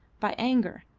by anger,